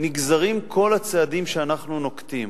נגזרים כל הצעדים שאנחנו נוקטים.